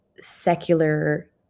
secular